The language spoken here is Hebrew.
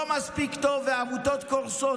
והמתווה לעמותות לא מספיק טוב, והעמותות קורסות.